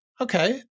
okay